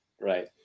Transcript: Right